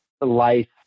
life